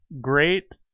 great